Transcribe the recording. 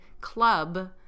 club